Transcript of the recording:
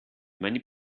many